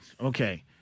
Okay